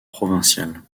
provincial